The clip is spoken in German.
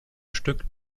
stück